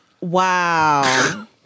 wow